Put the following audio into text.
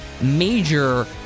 major